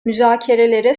müzakerelere